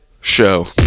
show